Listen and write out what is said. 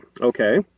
okay